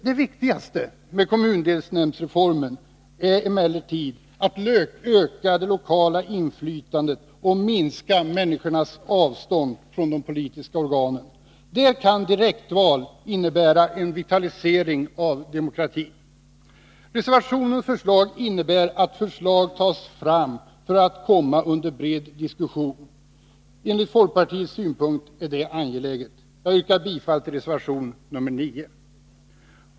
Det viktigaste med kommundelsnämndsreformen är emellertid att öka det lokala inflytandet och minska människornas avstånd från de politiska organen. Då kan direktval innebära en vitalisering av demokratin. Reservationen innebär att förslag läggs fram för att komma under bred diskussion. Enligt folkpartiets synsätt är detta angeläget. Jag yrkar bifall till reservation nr 9.